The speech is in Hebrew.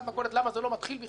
למה זה לא מתחיל בכלל - המכרזים,